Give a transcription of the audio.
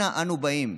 אנה אנו באים?